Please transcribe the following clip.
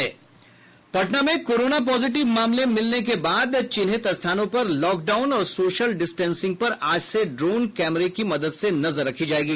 पटनामें corona positive मामले मिलने के बाद चिन्हित स्थानों पर लॉकडाउन और सोशल डिस्टेंसिंग पर आज से ड्रोन कैमरे से नजर रखी जाएगी